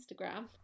instagram